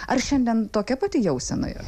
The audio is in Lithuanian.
ar šiandien tokia pati jausena yra